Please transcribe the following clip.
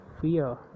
fear